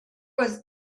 was